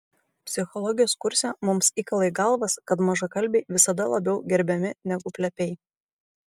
psichologijos kurse mums įkala į galvas kad mažakalbiai visada labiau gerbiami negu plepiai